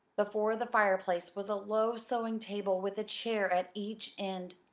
before the fireplace was a low sewing-table with a chair at each end.